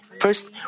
First